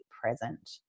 present